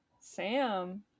Sam